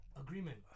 agreement